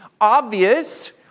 obvious